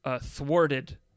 thwarted